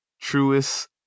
truest